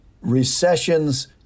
recessions